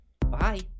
bye